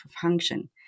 function